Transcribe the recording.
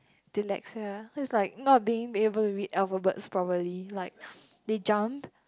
dyslexia is like not being able to read alphabets properly like they jump